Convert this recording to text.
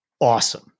awesome